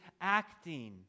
acting